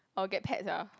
I'll get pets ah